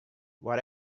what